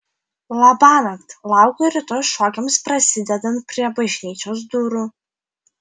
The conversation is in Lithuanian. labanakt laukiu rytoj šokiams prasidedant prie bažnyčios durų